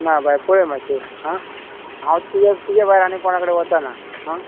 ना बाय पळय मातशें आं हांव तुज्या तुज्या भायर आनी कोणा कडेन वचना आं